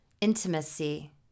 intimacy